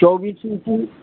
चौबीस इंची